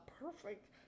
perfect